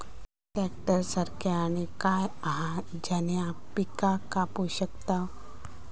Tractor सारखा आणि काय हा ज्याने पीका कापू शकताव?